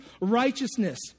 righteousness